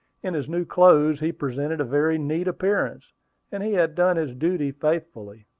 in his new clothes he presented a very neat appearance and he had done his duty faithfully.